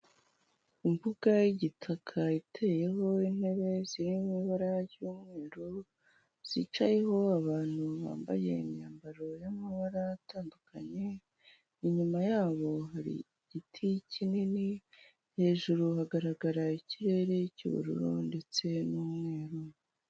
Imbuga y'igitaka iteyeho intebe ziri mu i ibara ry'umweru zicayeho abantu bambaye imyambaro y'amabara atandukanye inyuma yabo hari igiti kinini hejuru hagaragara ikirere cy'ubururu ndetse n'umweru.